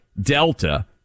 Delta